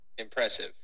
impressive